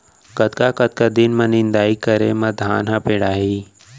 कतका कतका दिन म निदाई करे म धान ह पेड़ाही?